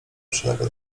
przylega